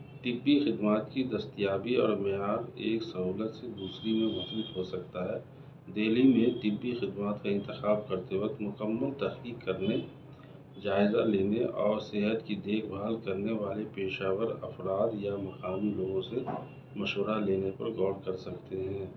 طبی خدمات کی دستیابی اور معیار ایک سہولت سے دوسری میں محیط ہو سکتا ہے دہلی میں طبی خدمات کا انتخاب کرتے وقت مکمل تحقیق کرنے جائزہ لینے اور صحت کی دیکھ بھال کرنے والی پیشہ ور افراد یا مقامی لوگوں سے مشورہ لینے پر غور کر سکتے ہیں